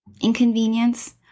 inconvenience